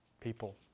people